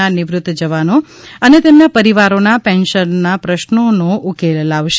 ના નિવૃત જવાનો અને તેમના પરિવારોના પેન્શનના પ્રશ્નોનો ઉકેલ લાવશે